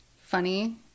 funny